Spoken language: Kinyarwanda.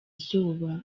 izuba